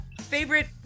Favorite